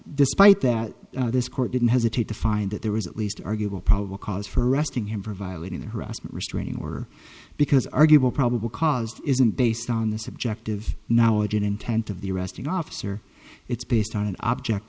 despite that this court didn't hesitate to find that there was at least arguable probable cause for arresting him for violating the harassment restraining order because arguable probable cause isn't based on the subjective knowledge and intent of the arresting officer it's based on an object